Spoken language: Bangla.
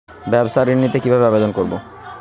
ব্যাবসা ঋণ নিতে কিভাবে আবেদন করব?